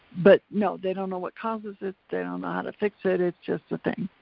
but no, they don't know what causes it, they don't know how to fix it, it's just a thing.